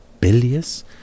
bilious